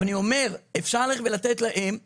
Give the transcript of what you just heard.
אבל אני אומר: אפשר ללכת ולתת להם מקדמה.